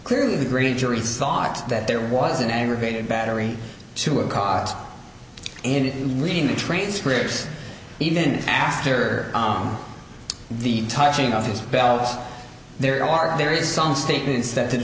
clearly the green jury thought that there was an aggravated battery to a cause and it reading the transcript even after the touching of his belt there are there is some statements that